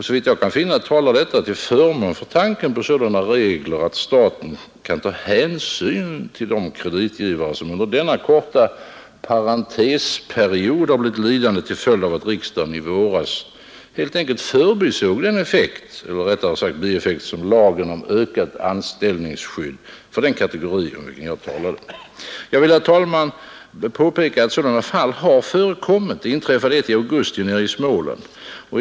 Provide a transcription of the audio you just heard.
Såvitt jag kan finna talar detta klart till förmån för tanken på sådana regler att staten kan ta hänsyn till de kreditgivare som under denna korta parentesperiod blivit lidande till följd av att riksdagen i våras helt enkelt förbisåg den effekt, eller rättare sagt bieffekt, som lagen om ökat anställningsskydd medförde för den kategori om vilken jag talat. Jag vill påpeka, herr talman, att sådana fall har förekommit. Det inträffade ett i augusti nere i Småland.